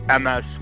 MS